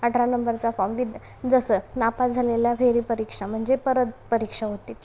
अठरा नंबरचा फॉर्म विद जसं नापास झालेल्या फेरपरीक्षा म्हणजे परत परीक्षा होते